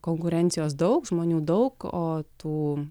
konkurencijos daug žmonių daug o tų